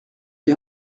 des